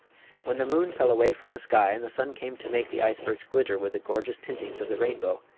when the moon fell away from the sky and the sun came to make the icebergs glitter with the gorgeous tintings of the rainbow,